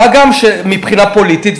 מה גם שמבחינה פוליטית,